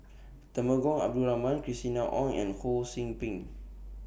Temenggong Abdul Rahman Christina Ong and Ho SOU Ping